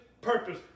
purpose